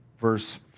verse